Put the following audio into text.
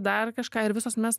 dar kažką ir visos mes